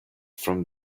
from